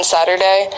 Saturday